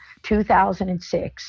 2006